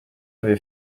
avait